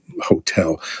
hotel